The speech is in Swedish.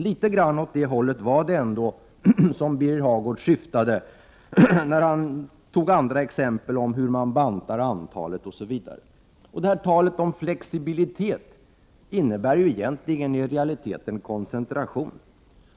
Litet grand åt det hållet syftade nog Birger Hagård när han förde fram exempel på hur man kan banta antalet högskolor. Talet om flexibilitet innebär egentligen koncentration.